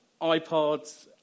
iPods